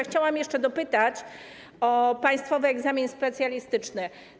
Chciałabym jeszcze dopytać o państwowy egzaminy specjalistyczny.